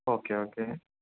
okay okay